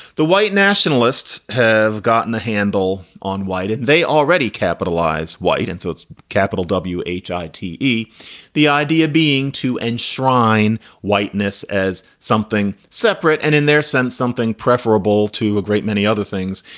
the white nationalists have gotten a handle on white and they already capitalized white. and so it's capital w h i t e the idea being to enshrine whiteness as something separate and in their sense, something preferable to a great many other things,